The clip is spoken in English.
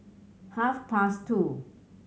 half past two